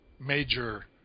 major